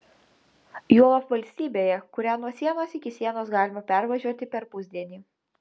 juolab valstybėje kurią nuo sienos iki sienos galima pervažiuoti per pusdienį